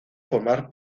formar